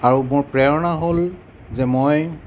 আৰু মোৰ প্ৰেৰণা হ'ল যে মই